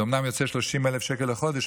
זה אומנם יוצא 30,000 שקל לחודש,